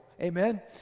Amen